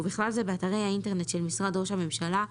ובכלל זה באתרי האינטרנט של משרד ראש הממשלה,